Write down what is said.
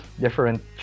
different